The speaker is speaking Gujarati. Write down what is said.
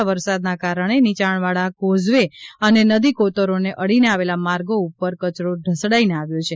આ વરસાદના કારણે નીચાણવાળા કોઝવે અને નદી કોતરોને અડીને આવેલા માર્ગો ઉપર કચરો ઢસડાઈ આવ્યો છે